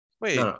wait